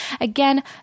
Again